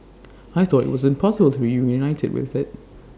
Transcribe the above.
I thought IT was impossible to be reunited with IT